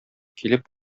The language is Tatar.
килеп